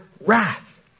wrath